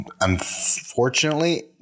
Unfortunately